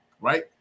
Right